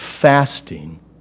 fasting